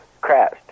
crashed